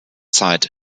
zeit